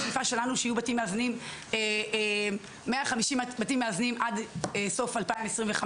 השאיפה שלנו שיהיו 150 בתים מאזנים עד סוף 2025,